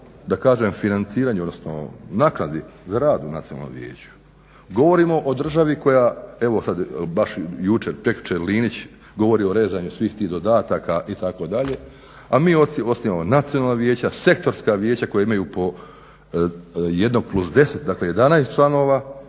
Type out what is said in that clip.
govori o financiranju odnosno naknadi za rad u nacionalnom vijeću. Govorimo o državi koja, evo baš jučer, prekjučer Linić govori o rezanju svih tih dodataka itd. a mi osnivamo nacionalna vijeća, sektorska vijeća koja imaju po jednog plus deset dakle 11 članova,